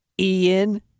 Ian